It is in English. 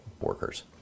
workers